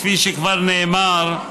כפי שכבר נאמר,